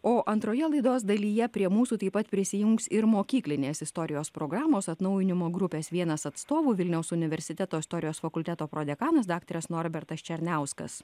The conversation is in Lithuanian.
o antroje laidos dalyje prie mūsų taip pat prisijungs ir mokyklinės istorijos programos atnaujinimo grupės vienas atstovų vilniaus universiteto istorijos fakulteto prodekanas daktaras norbertas černiauskas